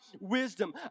wisdom